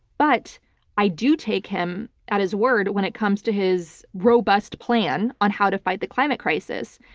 but i do take him at his word when it comes to his robust plan on how to fight the climate crisis.